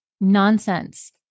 nonsense